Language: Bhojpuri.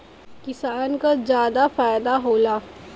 किसान क जादा फायदा होला